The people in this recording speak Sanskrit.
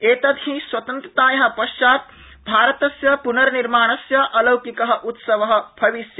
एतद्वि स्वतन्त्राया पश्चात् भारतस्य पुननिर्माणस्य अलौकिक उत्सव अस्ति